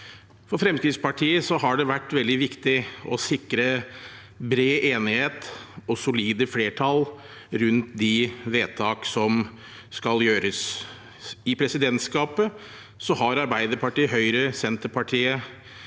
For Fremskrittspartiet har det vært veldig viktig å sikre bred enighet og solide flertall rundt de vedtak som skal gjøres. I presidentskapet har Arbeiderpartiet, Høyre, Senterpartiet,